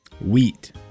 Wheat